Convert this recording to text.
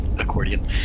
Accordion